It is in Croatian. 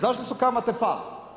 Zašto su kamate pale?